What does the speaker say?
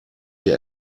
dir